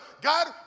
God